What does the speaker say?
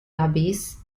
abyss